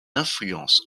influence